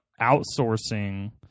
outsourcing